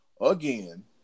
again